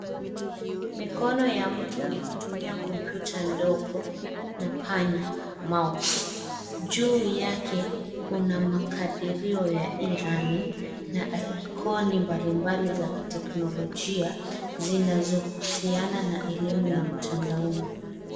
Mikono ya mtu ikitumia kompyuta ndogo na panya mouse .Juu yake kuna makadirio ya e-learning na ikoni mbalimbali za kiteknolojia zinazohusiana na elimu ya mtandaoni.